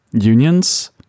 unions